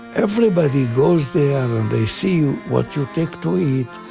everybody goes there, and they see you what you take to eat,